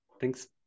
Thanks